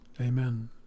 Amen